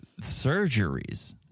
surgeries